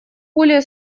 более